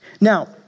Now